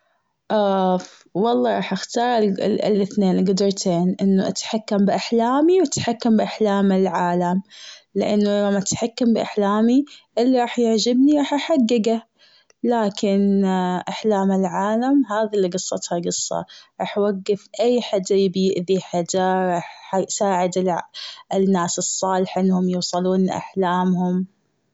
و الله حختار الإثنين القدرتين. إنه اتحكم بأحلامي و اتحكم بأحلام العالم. لأنه لما اتحكم بأحلامي اللي راح يعجبني راح احققه. لكن أحلام العالم هذي اللي قصتها قصة. رح اوقف اي حدا يبي يأذي حدا و حيساعد الناس الصالحة لإنهم يوصلون لأحلامهم.